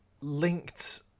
linked